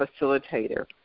facilitator